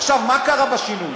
עכשיו, מה קרה בשינוי?